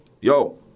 Yo